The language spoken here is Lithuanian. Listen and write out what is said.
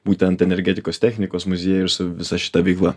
būtent energetikos technikos muziejuj ir su visa šita veikla